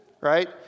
right